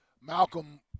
Malcolm